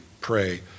pray